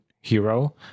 hero